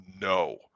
No